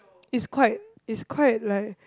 it's quite it's quite like